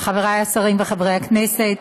חברי השרים וחברי הכנסת,